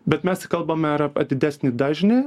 bet mes kalbame ir ap didesnį dažnį